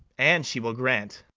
and she will grant.